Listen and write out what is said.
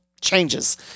changes